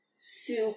soup